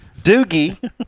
Doogie